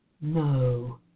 no